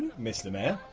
mr. mayor!